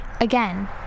Again